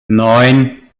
neun